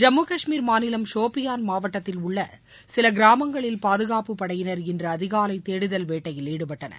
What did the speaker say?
ஜம்மு காஷ்மீர் மாநிலம் ஷோஃபியான் மாவட்டத்தில் உள்ள சில கிராமங்களில் பாதுகாப்புப் படையினர் இன்று அதிகாலை தேடுதல் வேட்டையில் ஈடுபட்டனர்